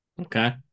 Okay